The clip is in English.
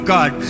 God